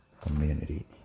community